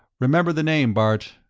remember the name, bart,